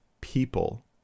people